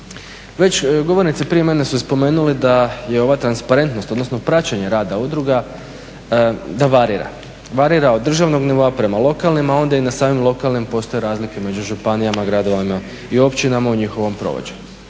Već govornici prije mene su spomenuli da je ova transparentnost, odnosno praćenje rada udruga da varira, varira od državnog nivoa prema lokalnim, a onda i na samim lokalnim postoje razlike među županijama, gradovima i općinama u njihovom provođenju.